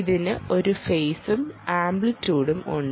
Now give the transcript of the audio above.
ഇതിന് ഒരു ഫേസും ആംപ്ളിറ്റ്യൂഡും ഉണ്ട്